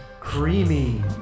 Creamy